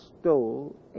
stole